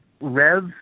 REV